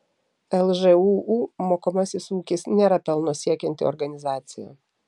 lžūu mokomasis ūkis nėra pelno siekianti organizacija